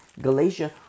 Galatia